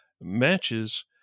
matches